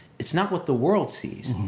it's not what the world sees.